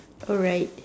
alright